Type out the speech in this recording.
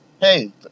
Hey